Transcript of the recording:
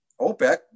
OPEC